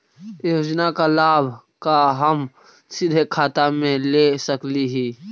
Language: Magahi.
योजना का लाभ का हम सीधे खाता में ले सकली ही?